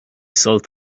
sult